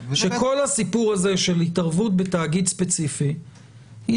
כל הסיפור הזה של התערבות בתאגיד ספציפי היא